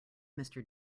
mister